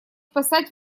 спасать